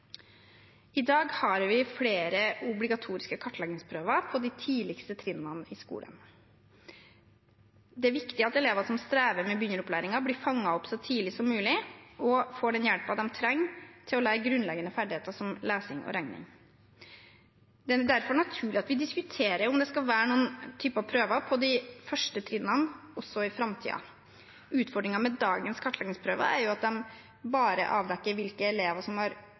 I dag har vi flere obligatoriske kartleggingsprøver på de tidligste trinnene i skolen. Det er viktig at elever som strever med begynneropplæringen, blir fanget opp så tidlig som mulig og får den hjelpen de trenger til å lære grunnleggende ferdigheter som lesing og regning. Det er derfor naturlig at vi diskuterer om det skal være noen typer prøver på de første trinnene også i framtiden. Utfordringen med dagens kartleggingsprøver er jo at de bare avdekker hvilke elever som har